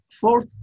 Fourth